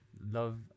love